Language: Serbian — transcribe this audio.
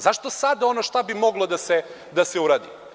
Zašto sada ono šta bi moglo da se uradi?